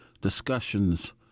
discussions